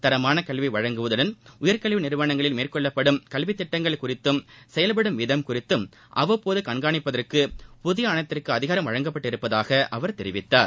தரமான கல்வி வழங்குவதுடன் உயர்கல்வி நிறுவனங்களில் மேற்கொள்ளப்படும் கல்வி திட்டங்கள் குறித்தம் செயவ்படும் விதம் குறித்தும் அவ்வப்போது கண்காணிப்பதற்கு புதிய ஆணையத்திற்கு அதிகாரம் வழங்கப்பட்டுள்ளதாக அவர் தெரிவித்தார்